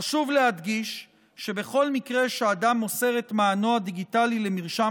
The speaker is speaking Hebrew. חשוב להדגיש שבכל מקרה שאדם מוסר את מענו הדיגיטלי למרשם